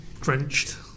Drenched